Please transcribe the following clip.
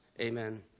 Amen